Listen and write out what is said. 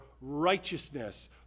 righteousness